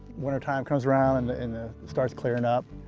wintertime comes around and and ah it starts clearing up.